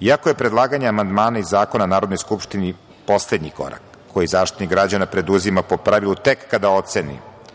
Iako je predlaganje amandmana i zakona Narodnoj skupštini poslednji korak koji Zaštitnik građana preduzima po pravilu tek kada oceni